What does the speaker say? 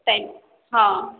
time ହଁ